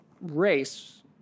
race